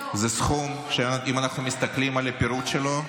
זה סכום שאם אנחנו מסתכלים על הפירוט שלו,